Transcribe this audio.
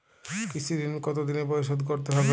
কৃষি ঋণ কতোদিনে পরিশোধ করতে হবে?